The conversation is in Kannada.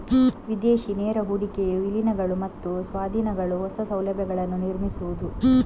ವಿದೇಶಿ ನೇರ ಹೂಡಿಕೆಯು ವಿಲೀನಗಳು ಮತ್ತು ಸ್ವಾಧೀನಗಳು, ಹೊಸ ಸೌಲಭ್ಯಗಳನ್ನು ನಿರ್ಮಿಸುವುದು